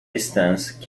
distance